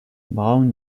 braun